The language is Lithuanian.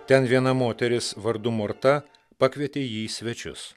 ten viena moteris vardu morta pakvietė jį į svečius